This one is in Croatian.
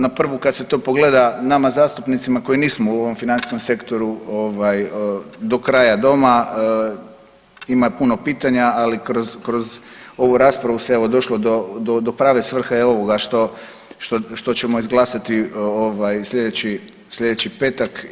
Na prvu kad se to pogleda nama zastupnicima koji nismo u ovom financijskom sektoru do kraja doma ima puno pitanja, ali kroz ovu raspravu se evo došlo do prave svrhe ovoga što ćemo izglasati sljedeći petak.